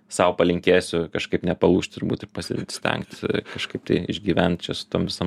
sau palinkėsiu kažkaip nepalūžt turbūt ir pasistengt kažkaip tai išgyvent čia su tom visom